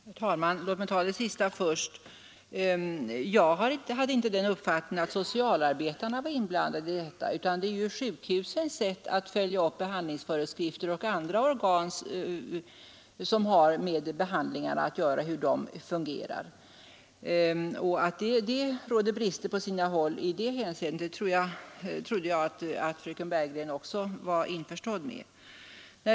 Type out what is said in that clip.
Herr talman! Låt mig ta upp det sista först. Jag hade inte den uppfattningen att socialarbetarna var inblandade i detta sammanhang. Det gäller det sätt på vilket sjukhusen och andra organ, som har med behandlingen att göra, följer upp föreskrifterna för denna. Att det råder brister på sina håll i detta hänseende trodde jag att också fröken Bergegren var medveten om.